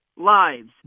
lives